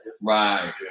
right